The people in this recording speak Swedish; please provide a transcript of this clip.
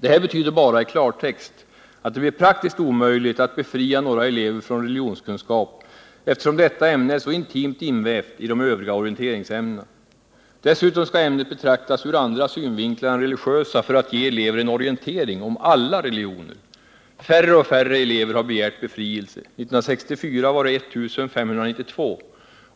Det här betyder bara i klartext att det blir praktiskt omöjligt att befria några elever från religionskunskap, eftersom detta ämne är så intimt invävt i de övriga orienteringsämnena. Dessutom skall ämnet betraktas ur andra synvinklar än religiösa för att ge elever en orientering om alla religioner. Färre och färre elever har begärt befrielse: 1964 var det 1 592